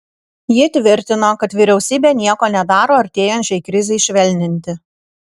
ji tvirtino kad vyriausybė nieko nedaro artėjančiai krizei švelninti